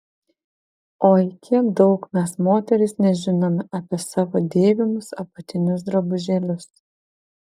oi kiek daug mes moterys nežinome apie savo dėvimus apatinius drabužėlius